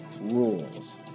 rules